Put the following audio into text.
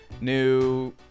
new